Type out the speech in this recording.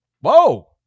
whoa